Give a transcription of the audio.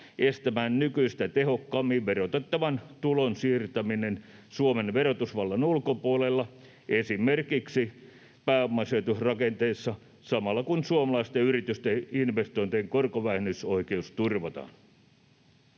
estämään nykyistä tehokkaammin verotettavan tulon siirtäminen Suomen verotusvallan ulkopuolelle esimerkiksi pääomasijoitusrakenteessa samalla, kun suomalaisten yritysten investointien korkovähennysoikeus turvataan.